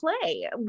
play